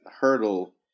hurdle